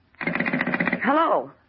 Hello